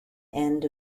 end